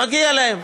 מגיע להם.